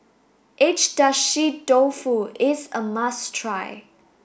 Agedashi Dofu is a must try